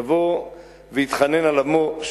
יבוא ויתחנן על עמו,